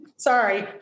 Sorry